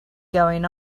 going